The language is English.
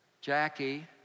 Jackie